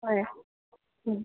হয়